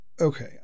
okay